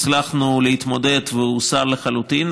הצלחנו להתמודד והוא הוסר לחלוטין,